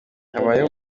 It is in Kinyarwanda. habayeho